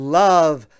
love